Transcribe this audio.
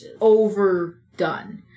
overdone